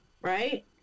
right